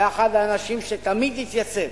היה אחד האנשים שתמיד התייצב